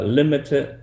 limited